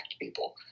people